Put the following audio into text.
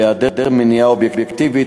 בהיעדר מניעה אובייקטיבית,